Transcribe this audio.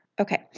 Okay